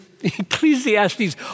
Ecclesiastes